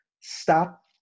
Stop